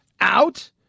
out